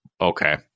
Okay